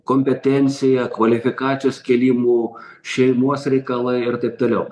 kompetencija kvalifikacijos kėlimu šeimos reikalai ir taip toliau